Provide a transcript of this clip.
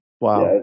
Wow